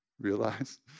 realize